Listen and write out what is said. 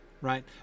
right